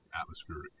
atmospheric